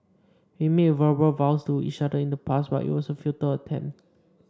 we made verbal vows to each other in the past but it was a futile attempt